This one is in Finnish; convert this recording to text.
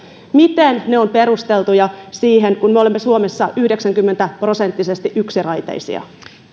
miten ne ovat perusteltuja kun me olemme suomessa yhdeksänkymmentä prosenttisesti yksiraiteisia